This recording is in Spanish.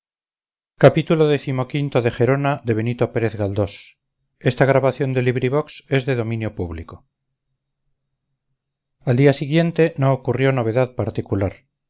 dormir al día siguiente no ocurrió novedad particular